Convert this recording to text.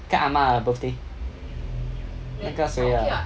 那个阿嫲的 birthday 那个谁的